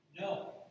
no